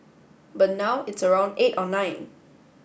but now it's around eight or nine